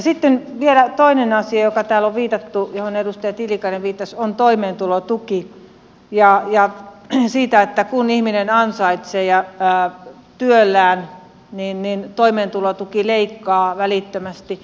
sitten vielä toinen asia johon edustaja tiilikainen viittasi on toimeentulotuki ja se että kun ihminen ansaitsee työllään niin toimeentulotuki leikkaa välittömästi